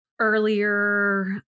earlier